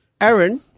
Aaron